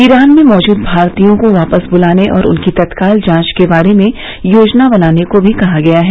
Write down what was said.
Iran में मौजूद भारतीयों को वापस बुलाने और उनकी तत्काल जांच के बारे में योजना बनाने को भी कहा गया है